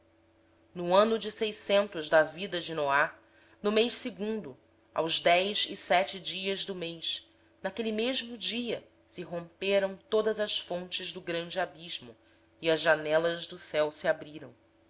no ano seiscentos da vida de noé no mês segundo aos dezessete dias do mês romperam se todas as fontes do grande abismo e as janelas do céu se abriram